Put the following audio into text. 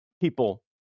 people